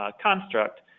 construct